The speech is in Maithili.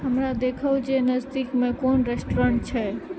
हमरा देखाउ जे नजदीकमे कोन रेस्टोरेन्ट छै